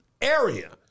area